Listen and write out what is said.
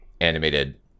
animated